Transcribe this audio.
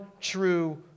true